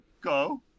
go